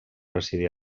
residia